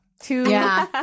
Two